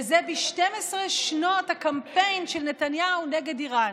וזה ב-12 שנות הקמפיין של נתניהו נגד איראן.